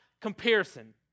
comparison